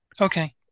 Okay